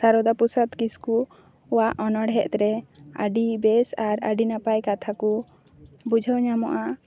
ᱥᱟᱨᱚᱫᱟ ᱯᱨᱚᱥᱟᱫᱽ ᱠᱤᱥᱠᱩ ᱣᱟᱜ ᱚᱱᱲᱦᱮᱫ ᱨᱮ ᱟᱹᱰᱤ ᱵᱮᱥ ᱟᱨ ᱟᱹᱰᱤ ᱱᱟᱯᱟᱭ ᱠᱟᱛᱷᱟ ᱠᱚ ᱵᱩᱡᱷᱟᱹᱣ ᱧᱟᱢᱚᱜᱼᱟ